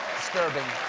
disturbing.